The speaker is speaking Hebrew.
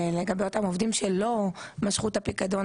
לגבי אותם עובדים שלא משכו את הפיקדון,